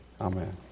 Amen